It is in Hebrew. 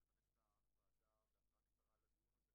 השעה 12:30. אתם יודעים על מה אנחנו הולכים לדון: